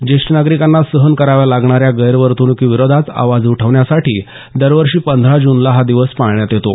ज्येष्ठ नागरिकांना सहन कराव्या लागणाऱ्या गैरवर्तणुकीविरोधात आवाज उठवण्यासाठी दरवर्षी पंधरा जूनला हा दिवस पाळण्यात येतो